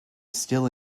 still